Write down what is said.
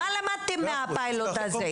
מה למדתם מהפיילוט הזה?